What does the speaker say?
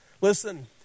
listen